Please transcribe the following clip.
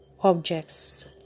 objects